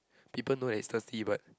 people know that he's thirsty but